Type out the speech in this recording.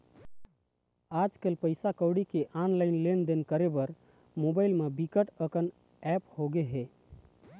आजकल पइसा कउड़ी के ऑनलाईन लेनदेन करे बर मोबाईल म बिकट अकन ऐप होगे हे